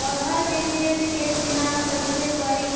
अरहर के खेत के चुनाव कईसे करी?